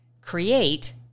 Create